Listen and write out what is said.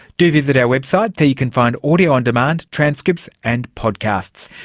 do visit our website, there you can find audio on demand, transcripts and podcasts.